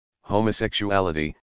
homosexuality